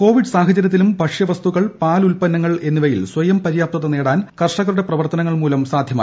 Covid സാഹ്ച്ചര്യത്തിലും ഭക്ഷ്യവസ്തുക്കൾ പാൽ ഉത്പന്നങ്ങൾ എന്നിവയിൽ സ്വയം പര്യാപ്തത നേടാൻ കർഷകരുടെ പ്രവർത്തനങ്ങൾ മൂലം സാധൃമായി